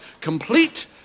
complete